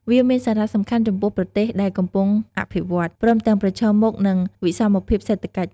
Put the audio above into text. វាមានសារៈសំខាន់ចំពោះប្រទេសដែលកំពុងអភិវឌ្ឍ ព្រមទាំងប្រឈមមុខនឹងវិសមភាពសេដ្ឋកិច្ច។